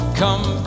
come